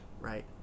right